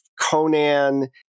Conan